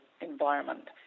environment